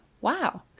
wow